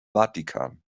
vatikan